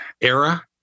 era